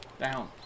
Down